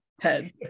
head